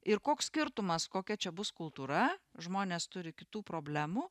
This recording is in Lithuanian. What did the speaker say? ir koks skirtumas kokia čia bus kultūra žmonės turi kitų problemų